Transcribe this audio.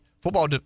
Football